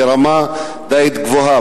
ברמה די גבוהה.